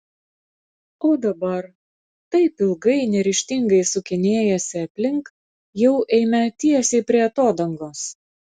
o dabar taip ilgai neryžtingai sukinėjęsi aplink jau eime tiesiai prie atodangos